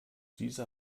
dieser